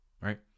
right